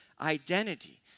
identity